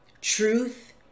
truth